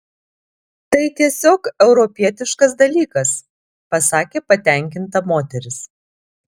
tai tiesiog europietiškas dalykas pasakė patenkinta moteris